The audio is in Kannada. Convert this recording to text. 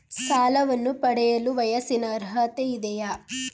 ಸಾಲವನ್ನು ಪಡೆಯಲು ವಯಸ್ಸಿನ ಅರ್ಹತೆ ಇದೆಯಾ?